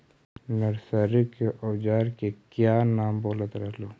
Nursery के ओजार के क्या नाम बोलत रहलू?